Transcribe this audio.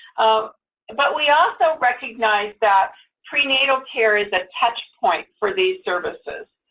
um and but we also recognize that prenatal care is a touchpoint for these services,